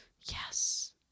Yes